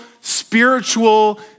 spiritual